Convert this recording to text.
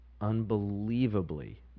Unbelievably